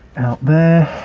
there.